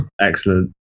Excellent